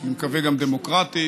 אני מקווה שגם דמוקרטית,